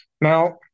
Now